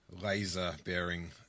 Laser-bearing